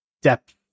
depth